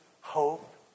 hope